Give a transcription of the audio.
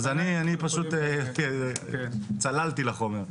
אז אני פשוט צללתי לחומר.